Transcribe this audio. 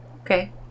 Okay